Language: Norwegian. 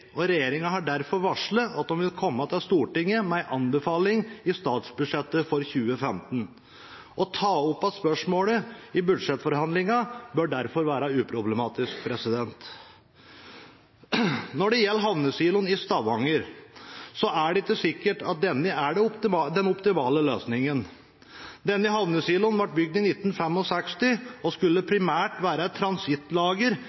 har derfor varslet at den vil komme til Stortinget med en anbefaling i statsbudsjettet for 2015. Å ta opp igjen spørsmålet i budsjettforhandlingene bør derfor være uproblematisk. Når det gjelder havnesiloen i Stavanger, er det ikke sikkert at den er den optimale løsningen. Denne havnesiloen ble bygd i 1965 og skulle